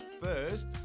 first